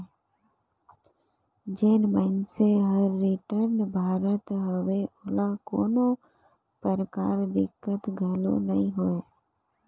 जेन मइनसे हर रिटर्न भरत हवे ओला कोनो परकार दिक्कत घलो नइ होवे